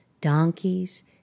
donkeys